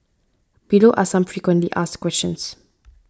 below are some frequently asked questions